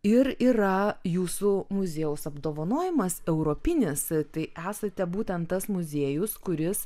ir yra jūsų muziejaus apdovanojimas europinis tai esate būtent tas muziejus kuris